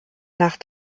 nach